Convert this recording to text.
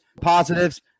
positives